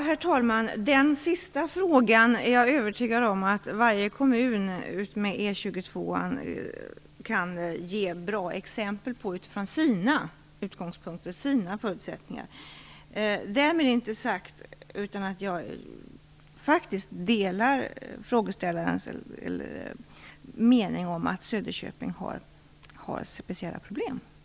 Herr talman! Den sista frågan är jag övertygad om att varje kommun utmed E 22:an kan ge bra exempel på utifrån sina utgångspunkter och förutsättningar. Därmed inte sagt att jag inte delar frågeställarens mening om att Söderköping har speciella problem.